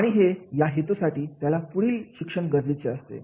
आणि या हेतूसाठी त्याला पुढील शिक्षण गरजेचे असते